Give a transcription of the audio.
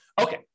Okay